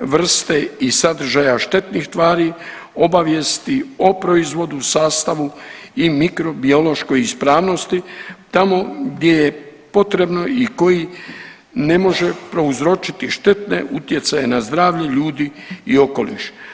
vrste i sadržaja štetnih tvari, obavijesti o proizvodu, sastavu i mikrobiološkoj ispravnosti tamo gdje je potrebno i koji ne može prouzročiti štetne utjecaje na zdravlje ljudi i okoliša.